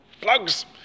Plugs